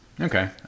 Okay